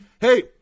Hey